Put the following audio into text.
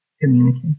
communicate